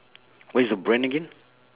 what is the brand again